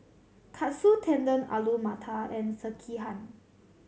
Katsu Tendon Alu Matar and Sekihan